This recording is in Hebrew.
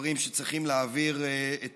סוחרים שצריכים להעביר את